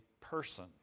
person